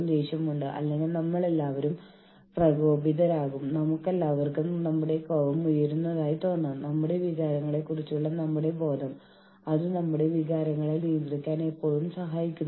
സംഘടന ജീവനക്കാരുടെ താൽപ്പര്യങ്ങൾക്കായി ഒരു ചാമ്പ്യനായി പ്രവർത്തിക്കുന്നു